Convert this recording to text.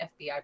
FBI